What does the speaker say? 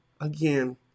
again